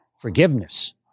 forgiveness